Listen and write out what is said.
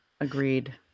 Agreed